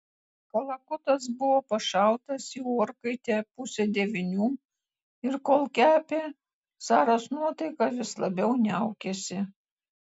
kalakutas buvo pašautas į orkaitę pusę devynių ir kol kepė saros nuotaika vis labiau niaukėsi